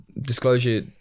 Disclosure